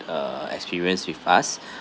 err experience with us